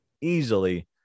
easily